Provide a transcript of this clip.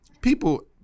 people